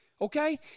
Okay